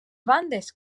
bandes